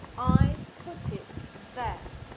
i put it there.